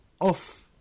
off